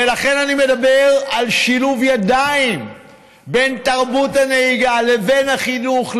ולכן אני מדבר על שילוב ידיים בין תרבות הנהיגה לבין החינוך,